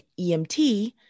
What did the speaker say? EMT